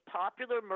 popular